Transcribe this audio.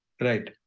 Right